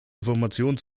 informationen